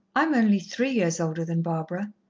i am only three years older than barbara.